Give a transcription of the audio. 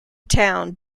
town